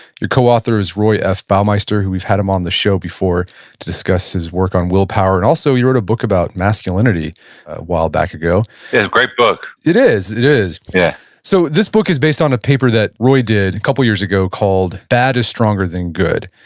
your coauthor is roy f. baumeister. we've had him on the show before to discuss his work on willpower. and also, he wrote a book about masculinity a while back ago yeah a great book it is it is yeah so this book is based on a paper that roy did a couple years ago called bad is stronger than good.